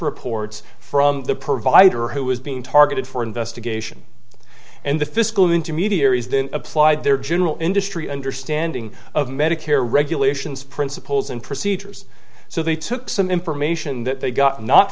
reports from the provider who was being targeted for investigation and the fiscal intermediaries then applied their general industry understanding of medicare regulations principles and procedures so they took some information that they got not